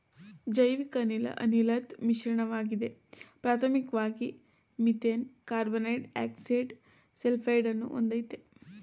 ಜೈವಿಕಅನಿಲ ಅನಿಲದ್ ಮಿಶ್ರಣವಾಗಿದೆ ಪ್ರಾಥಮಿಕ್ವಾಗಿ ಮೀಥೇನ್ ಕಾರ್ಬನ್ಡೈಯಾಕ್ಸೈಡ ಸಲ್ಫೈಡನ್ನು ಹೊಂದಯ್ತೆ